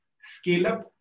scale-up